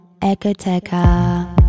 Ecoteca